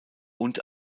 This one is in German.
und